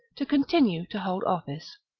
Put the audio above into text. to continue to hold office.